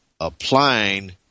applying